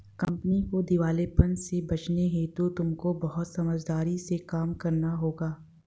company को दिवालेपन से बचाने हेतु तुमको बहुत समझदारी से काम करना होगा